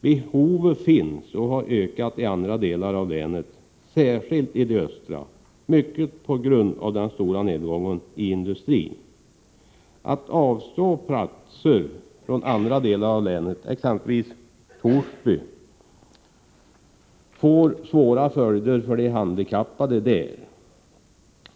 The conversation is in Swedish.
Behovet finns och har ökat i andra delar av länet, särskilt i de östra, mycket på grund av den stora nedgången i industrin. Att avstå platser från andra delar av länet, exempelvis Torsby, får svåra följder för de handikappade där.